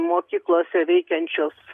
mokyklose veikiančios